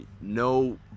no